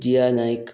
Jiya Naik